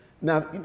Now